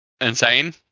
insane